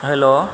hello